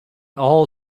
all